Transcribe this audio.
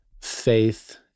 faith